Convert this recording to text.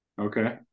okay